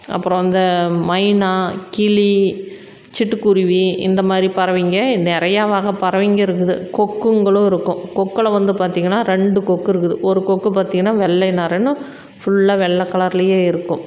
அப்பறம் இந்த மைனா கிளி சிட்டுக்குருவி இந்த மாதிரி பறவைங்கள் நிறையா வகை பறவைங்கள் இருக்குது கொக்குங்களும் இருக்கும் கொக்கில் வந்து பார்த்திங்கன்னா ரெண்டு கொக்கு இருக்குது ஒரு கொக்கு பார்த்திங்கன்னா வெள்ளை நாரைன்னும் ஃபுல்லாக வெள்ளை கலர்லேயே இருக்கும்